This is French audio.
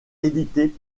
édité